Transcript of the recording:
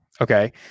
Okay